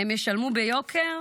הם ישלמו ביוקר,